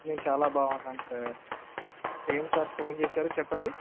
నేను చాలా బాగున్నాను సార్ ఏంటి సార్ ఫోన్ చేశారు చెప్పండి